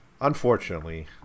unfortunately